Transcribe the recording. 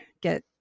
get